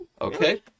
Okay